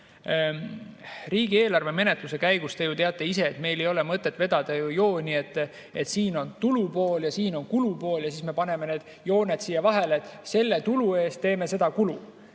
Riigieelarve menetluse käigus, te ju teate ise, meil ei ole mõtet vedada jooni, et siin on tulupool ja siin on kulupool ja siis me [tõmbame] need jooned siia vahele, et selle tulu eest teeme selle kulu.